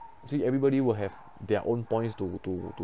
you see everybody will have their own points to to to